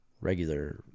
regular